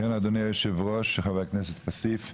אדוני היושב-ראש, חבר הכנסת כסיף,